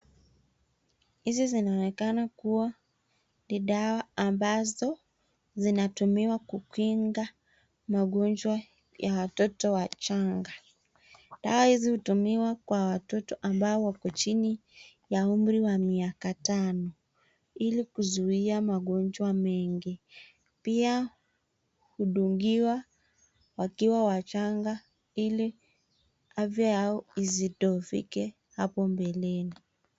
Hizi zinaonekana kuwa ni dawa ambazo zinatumiwa kukinga magonjwa ya watoto wachanga. Dawa hizi hutumiwa kwa watoto ambao wako chini ya umri wa miaka tano ili kuzuia magonjwa mengi. Pia hudunguiwa wakiwa wachanga ili afya yao isi dhoofike hapo mbeleni.